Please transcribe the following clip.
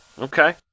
Okay